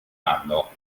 anno